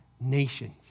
nations